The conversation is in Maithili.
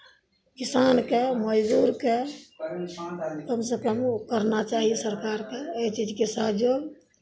किसानकेँ मजदूरकेँ कमसँ कम करना चाही सरकारकेँ एहि चीजके सहयोग